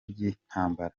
by’intambara